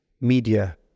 media